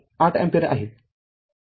८ ampere आहे